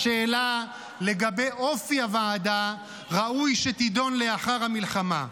השאלה לגבי אופי הוועדה, ראוי שתידון לאחר המלחמה,